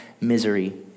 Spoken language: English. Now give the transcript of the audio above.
misery